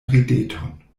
rideton